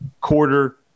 quarter